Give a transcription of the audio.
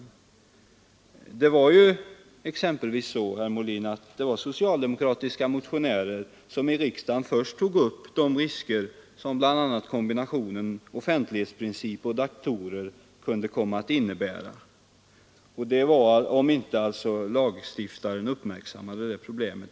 Exempelvis var det så, herr Molin, att det var socialdemokratiska motionärer som i riksdagen först tog upp de risker som bl.a. kombinationen offentlighetsprincip och datorer kunde komma att innebära, om lagstiftaren inte uppmärksammade problemet.